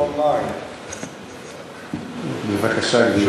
בבקשה, גברתי.